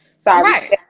sorry